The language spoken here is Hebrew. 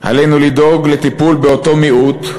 עלינו לדאוג לטיפול באותו מיעוט,